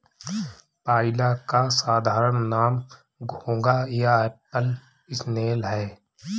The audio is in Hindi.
पाइला का साधारण नाम घोंघा या एप्पल स्नेल है